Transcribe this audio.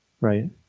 right